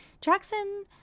Jackson